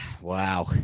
wow